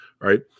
right